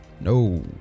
No